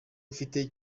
mfite